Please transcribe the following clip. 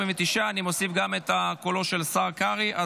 49. אני מוסיף גם את קולו של השר קרעי.